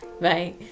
bye